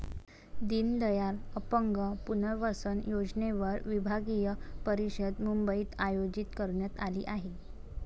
दीनदयाल अपंग पुनर्वसन योजनेवर विभागीय परिषद मुंबईत आयोजित करण्यात आली आहे